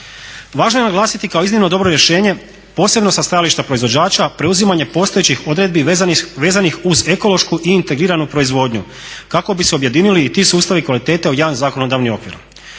Važno je naglasiti kao iznimno dobro rješenje posebno sa stajališta proizvođača preuzimanje postojećih odredbi vezanih uz ekološku i integriranu proizvodnju kako bi se objedinili i ti sustavi kvalitete u jedan zakonodavni okvir.